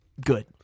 good